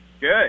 Good